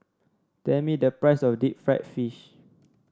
tell me the price of Deep Fried Fish